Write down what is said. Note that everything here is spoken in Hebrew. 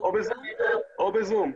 או ב-זום.